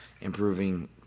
improving